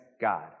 God